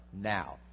now